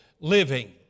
living